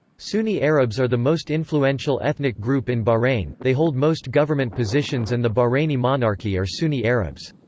sunni arabs are the most influential ethnic group in bahrain, they hold most government positions and the bahraini monarchy are sunni arabs.